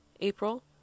april